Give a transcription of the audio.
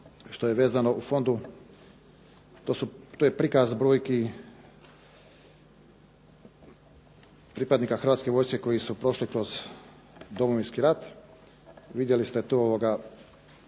Hrvatske vojske koji su prošli kroz Domovinski rat. Vidjeli ste te podatke